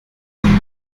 neuen